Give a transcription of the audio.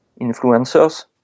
influencers